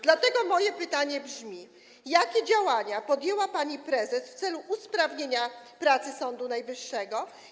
Dlatego moje pytanie brzmi: Jakie działania podjęła pani prezes w celu usprawnienia pracy Sądu Najwyższego?